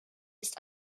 ist